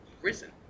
prison